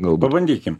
gal pabandykim